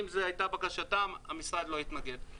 אם זו היתה בקשתם, המשרד לא התנגד.